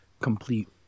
complete